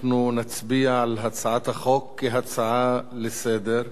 אנחנו נצביע על הצעת החוק כהצעה לסדר-היום.